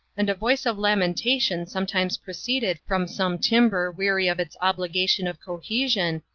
and a voice of lamentation sometimes proceeded from some timber weary of its obligation of cohesion,